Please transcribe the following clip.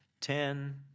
ten